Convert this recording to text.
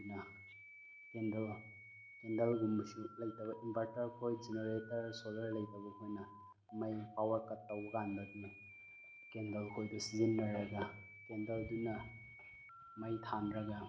ꯑꯗꯨꯅ ꯀꯦꯟꯗꯜ ꯀꯦꯟꯗꯜꯒꯨꯝꯕꯁꯨ ꯂꯩꯇꯕ ꯏꯟꯕꯔꯇꯔ ꯈꯣꯏ ꯖꯦꯅꯦꯔꯦꯇꯔ ꯁꯣꯜꯂꯔ ꯂꯩꯇꯕ ꯈꯣꯏꯅ ꯃꯩ ꯄꯥꯋꯔ ꯀꯠ ꯇꯧꯕ ꯀꯥꯟꯗ ꯀꯦꯟꯗꯜ ꯈꯣꯏꯗꯨ ꯁꯤꯖꯤꯟꯅꯔꯒ ꯀꯦꯟꯗꯜꯗꯨꯅ ꯃꯩ ꯊꯥꯟꯂꯒ